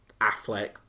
Affleck